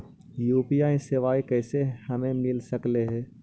UPI सेवाएं कैसे हमें मिल सकले से?